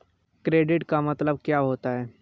Credit का मतलब क्या होता है?